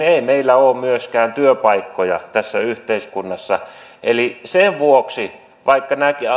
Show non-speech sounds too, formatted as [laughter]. [unintelligible] ei meillä ole myöskään työpaikkoja tässä yhteiskunnassa sen vuoksi vaikka nämä